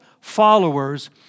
followers